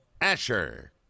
Asher